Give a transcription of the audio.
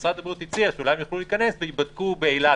משרד הבריאות הציע שאולי הם יוכלו להיכנס וייבדקו באילת,